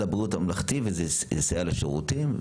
הבריאות הממלכתי וזה יסייע לשירותים?